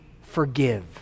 forgive